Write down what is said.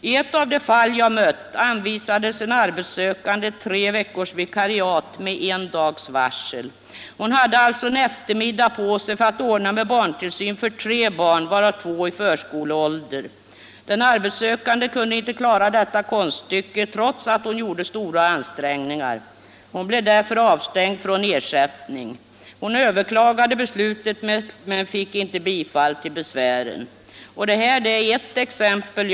I ett av de fall som jag mött anvisades en arbetssökande ett treveckorsvikariat med en dags varsel. Hon hade alltså en eftermiddag på sig för att ordna med barntillsyn för tre barn, varav två i förskoleåldern. Den arbetssökande kunde inte klara detta konststycke, trots att hon gjorde stora ansträngningar. Hon blev därför avstängd från ersättning. Hon överklagade beslutet men fick inte bifall till besvären. Detta är bara ett exempel.